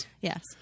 yes